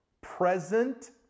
present